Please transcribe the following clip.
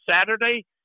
Saturday